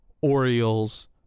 Orioles